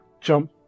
jump